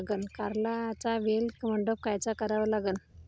कारल्याचा वेल मंडप कायचा करावा लागन?